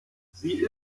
sie